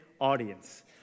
audience